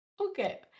Okay